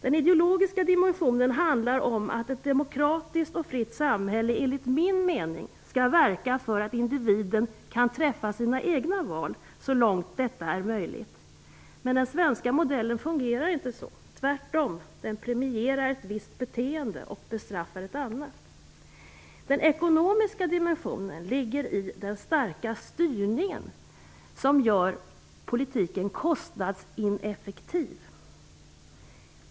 Den ideologiska dimensionen handlar om att ett demokratiskt och fritt samhälle enligt min mening skall verka för att individen kan träffa sina egna val så långt detta är möjligt. Den svenska modeller fungerar emellertid inte så. Tvärtom - den premierar ett visst beteende och bestraffar ett annat. Den ekonomiska dimensionen ligger i den starka styrningen, som gör politiken kostnadsineffektiv.